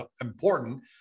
important